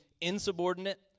insubordinate